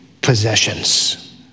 possessions